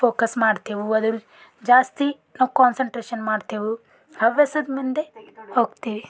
focus ಮಾಡ್ತಿವಿ ಅದರ ಜಾಸ್ತಿ ನಾವು ಕಾನ್ಸಂಟ್ರೇಶನ್ ಮಾಡ್ತಿವಿ ಹವ್ಯಾಸದ ಮುಂದೆ ಹೋಗ್ತೀವಿ